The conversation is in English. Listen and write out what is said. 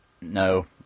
no